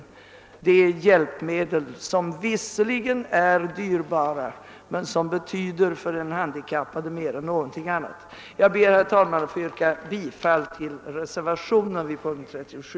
Herr talman! Jag ber att få yrka bifall till reservationen vid punkt 37.